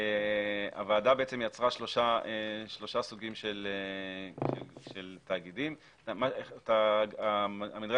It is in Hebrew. הוועדה יצרה שלושה סוגים של תאגידים: המדרג